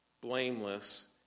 blameless